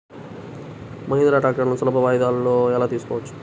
మహీంద్రా ట్రాక్టర్లను సులభ వాయిదాలలో ఎలా తీసుకోవచ్చు?